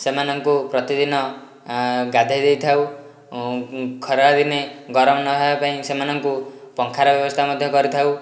ସେମାନଙ୍କୁ ପ୍ରତିଦିନ ଗାଧୋଇ ଦେଇଥାଉ ଖରାଦିନେ ଗରମ ନ ହେବା ପାଇଁ ସେମାନଙ୍କୁ ପଙ୍ଖାର ବ୍ୟବସ୍ଥା ମଧ୍ୟ କରିଥାଉ